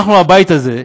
אנחנו בבית הזה,